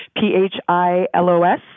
P-H-I-L-O-S